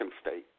state